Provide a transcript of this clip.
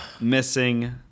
missing